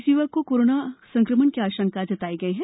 इस य्वक को कोरोना संक्रमण की आशंका जताई गई है